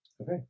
Okay